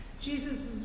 Jesus